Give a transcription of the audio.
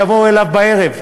יבואו אליו בערב.